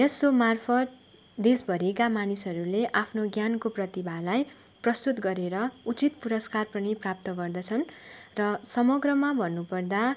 यस सो मार्फत देशभरिका मानिसहरूले आफ्नो ज्ञानको प्रतिभालाई प्रस्तुत गरेर उचित पुरस्कार पनि प्राप्त गर्दछन् र समग्रमा भन्नु पर्दा